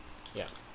ya